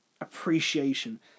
appreciation